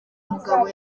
mugabo